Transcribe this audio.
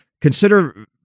consider